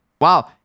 wow